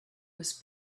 was